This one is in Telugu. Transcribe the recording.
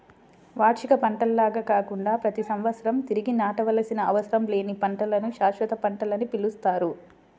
వార్షిక పంటల్లాగా కాకుండా ప్రతి సంవత్సరం తిరిగి నాటవలసిన అవసరం లేని పంటలను శాశ్వత పంటలని పిలుస్తారు